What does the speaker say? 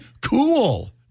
cool